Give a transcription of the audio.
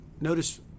Notice